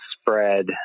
spread